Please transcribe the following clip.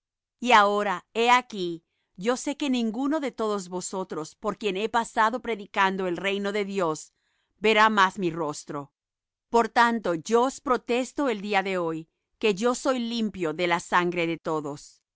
y ahora he aquí yo sé que ninguno de todos vosotros por quien he pasado predicando el reino de dios verá más mi rostro por tanto yo os protesto el día de hoy que yo soy limpio de la sangre de todos